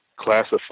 Classified